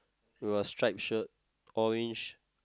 with a stripe shirt orange